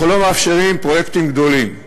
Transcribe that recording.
אנחנו לא מאפשרים פרויקטים גדולים.